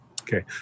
Okay